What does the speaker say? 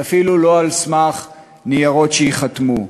ואפילו לא על-סמך ניירות שייחתמו.